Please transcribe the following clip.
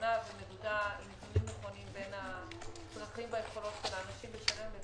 נכונה עם איזונים נכונים בין הצרכים והיכולות של האנשים לשלם.